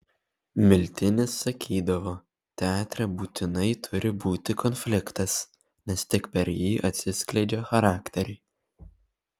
miltinis sakydavo teatre būtinai turi būti konfliktas nes tik per jį atsiskleidžia charakteriai